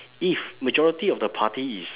if majority of the party is